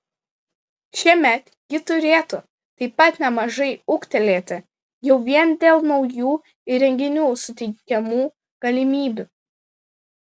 šiemet ji turėtų taip pat nemažai ūgtelėti jau vien dėl naujų įrenginių suteikiamų galimybių